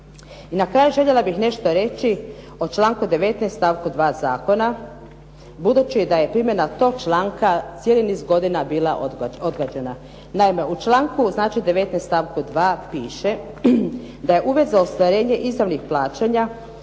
na kraju željela bih nešto reći o članku 19. stavku 2. zakona budući da je primjena tog članka cijeli niz godina bila odgađana. Naime, u članku 19. stavku 2. piše da je uvjet za ostvarenje izvornih plaćanja